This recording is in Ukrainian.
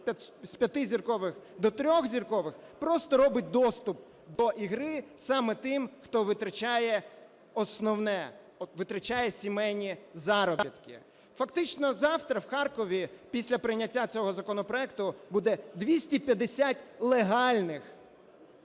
з 5-зіркових до 3-зіркових просто робить доступ до гри саме тим, хто витрачає основне: витрачає сімейні заробітки. Фактично завтра в Харкові, після прийняття цього законопроекту, буде 250 легальних